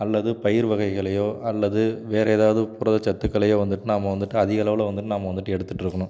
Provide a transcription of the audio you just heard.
அல்லது பயிர் வகைகளையோ அல்லது வேறு ஏதாவது புரதச் சத்துக்களையோ வந்துவிட்டு நாம வந்துவிட்டு அதிகளவில் வந்துட்டு நம்ம வந்துவிட்டு எடுத்துட்டுருக்கணும்